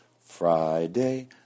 Friday